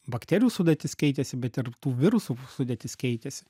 bakterijų sudėtis keitėsi bet ir tų virusų sudėtis keitėsi